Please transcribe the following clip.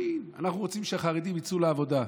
שנים: אנחנו רוצים שהחרדים יצאו לעבודה,